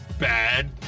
Bad